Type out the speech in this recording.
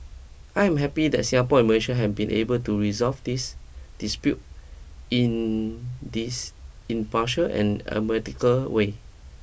I am happy that Singapore and Malaysia have been able to resolve this dispute in this impartial and a medical way